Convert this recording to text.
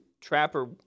Trapper